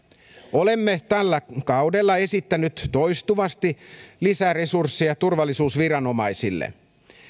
olemme tällä kaudella esittäneet toistuvasti lisäresursseja turvallisuusviranomaisille